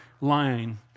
line